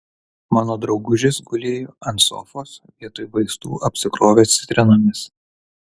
mano draugužis gulėjo ant sofos vietoj vaistų apsikrovęs citrinomis